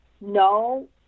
no